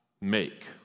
make